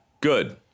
Good